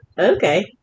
Okay